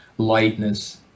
lightness